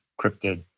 cryptid